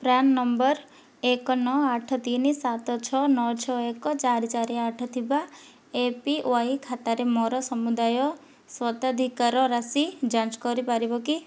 PRAN number ଏକ ନଅ ଆଠ ତିନି ସାତ ଛଅ ନଅ ଛଅ ଏକ ଚାରି ଚାରି ଆଠ ଥିବା ଏ ପି ୱାଇ ଖାତାରେ ମୋର ସମୁଦାୟ ସ୍ୱତ୍ୱାଧିକାରୀ ରାଶି ଯାଞ୍ଚ କରିପାରିବ କି